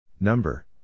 Number